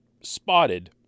spotted